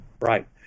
Right